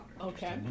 Okay